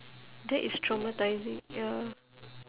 that is traumatising ya